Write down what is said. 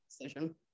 decision